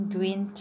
Green